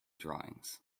drawings